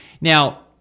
Now